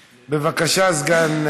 בבקשה, סגן השר.